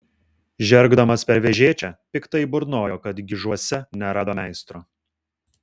žergdamas per vežėčią piktai burnojo kad gižuose nerado meistro